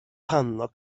panno